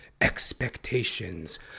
expectations